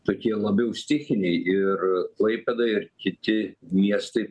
tokie labiau stichiniai ir klaipėda ir kiti miestai